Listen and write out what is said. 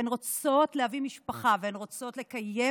והן רוצות להקים משפחה והן רוצות לקיים